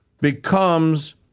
becomes